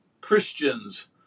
Christians